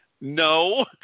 no